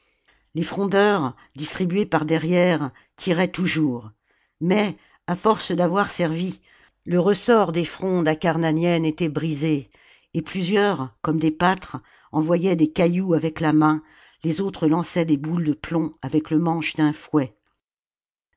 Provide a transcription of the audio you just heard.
les frondeurs distribués par derrière tiraient toujours mais à force d'avoir servi le ressort des frondes acarnaniennes était brisé et plusieurs comme des pâtres envoyaient des cailloux avec la main les autres lançaient des boules de plomb avec le manche d'un fouet